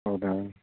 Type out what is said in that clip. ಹೌದಾ